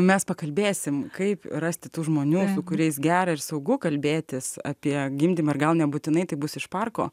mes pakalbėsim kaip rasti tų žmonių su kuriais gera ir saugu kalbėtis apie gimdymą ir gal nebūtinai tai bus iš parko